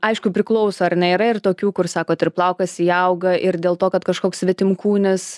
aišku priklauso ar ne yra ir tokių kur sakot ir plaukas įauga ir dėl to kad kažkoks svetimkūnis